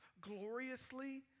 gloriously